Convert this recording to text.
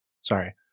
Sorry